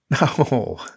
No